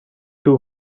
two